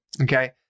Okay